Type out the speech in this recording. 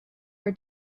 her